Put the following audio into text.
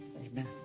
amen